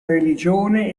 religione